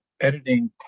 editing